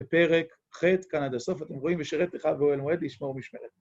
בפרק ח', כאן עד הסוף, אתם רואים, ושירת לך, ואוהל מועד לשמור משמרת.